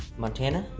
montana?